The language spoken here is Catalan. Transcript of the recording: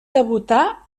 debutar